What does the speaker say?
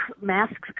masks